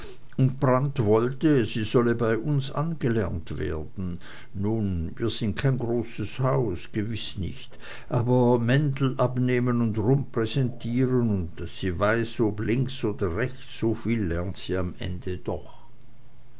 und brandt wollte sie solle bei uns angelernt werden nun wir sind kein großes haus gewiß nicht aber mäntel abnehmen und rumpräsentieren und daß sie weiß ob links oder rechts soviel lernt sie am ende doch